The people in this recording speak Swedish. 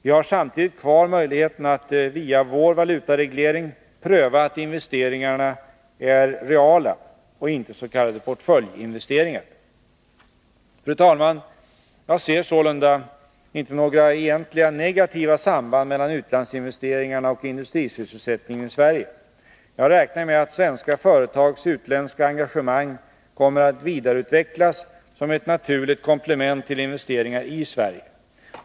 Vi har samtidigt kvar möjligheten att via vår valutareglering pröva att investeringarna är reala och inte s.k. portföljinvesteringar. Fru talman! Jag ser sålunda inte några egentliga negativa samband mellan utlandsinvesteringarna och industrisysselsättningen i Sverige. Jag räknar med att svenska företags utländska engagemang kommer att vidareutvecklas, som ett naturligt komplement till investeringarna i Sverige.